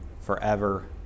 forever